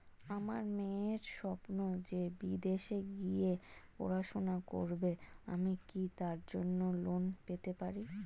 আমার মেয়ের স্বপ্ন সে বিদেশে গিয়ে পড়াশোনা করবে আমি কি তার জন্য লোন পেতে পারি?